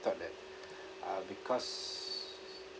thought that uh because